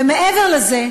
ומעבר לזה,